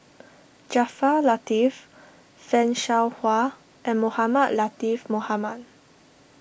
Jaafar Latiff Fan Shao Hua and Mohamed Latiff Mohamed